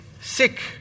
sick